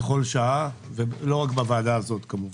בכל שעה, לא רק בוועדה הזאת כמובן.